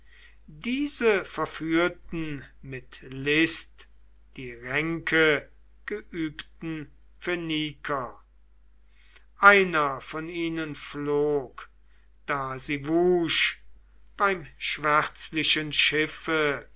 diese verführten mit list die ränkegeübten phöniker einer von ihnen pflog da sie wusch beim schwärzlichen schiffe